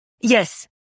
Yes